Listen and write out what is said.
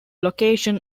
location